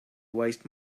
waste